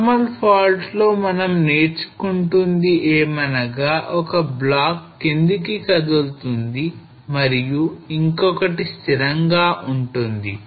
Normal fault లో మనం నేర్చుకుంటుంది ఏమనగా ఒక బ్లాక్ కిందికి కదులుతుంది మరియు ఇంకొకటి స్థిరంగా ఉంటుంది